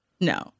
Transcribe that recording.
No